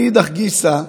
מאידך גיסא,